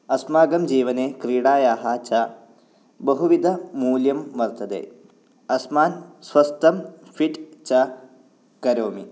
अस्माकं जीवने क्रीडायाः च बहुविधमूल्यं वर्तते अस्मान् स्वस्थं फ़िट् च करोमि